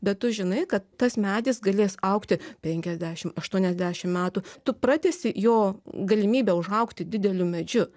bet tu žinai kad tas medis galės augti penkiasdešimt aštuoniasdešimt metų tu pratęsi jo galimybę užaugti dideliu medžiu